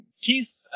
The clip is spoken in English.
Keith